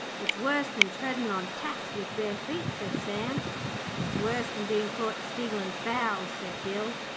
it's worse than treading on tacks with bare feet said sam it's worse than bein caught stealin' fowls said bill.